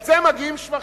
על זה מגיעים שבחים,